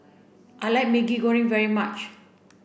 I like Maggi Goreng very much